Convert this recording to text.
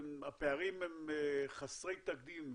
הפערים הם חסרי תקדים.